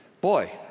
Boy